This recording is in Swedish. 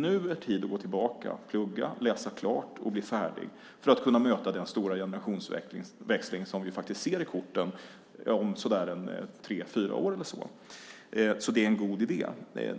Nu är tid att gå tillbaka, plugga, läsa klart och bli färdig för att möta den stora generationsväxling som vi faktiskt ser i korten om tre fyra år. Det är en god idé.